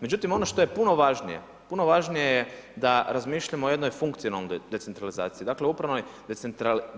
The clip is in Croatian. Međutim, ono što je puno važnije, puno važnije je da razmišljamo o jednoj funkcionalnoj decentralizaciji, dakle upravnoj